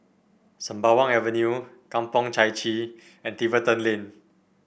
Sembawang Avenue Kampong Chai Chee and Tiverton Lane